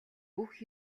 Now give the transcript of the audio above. бүх